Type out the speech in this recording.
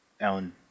Alan